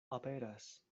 aperas